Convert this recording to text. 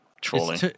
trolling